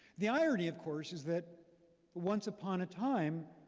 the irony, of course, is that once upon a time,